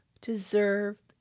deserve